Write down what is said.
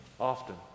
often